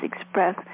express